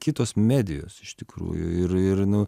kitos medijos iš tikrųjų ir ir nu